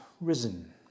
risen